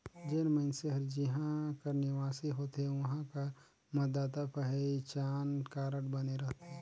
जेन मइनसे हर जिहां कर निवासी होथे उहां कर मतदाता पहिचान कारड बने रहथे